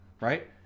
Right